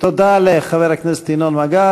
תודה לחבר הכנסת ינון מגל.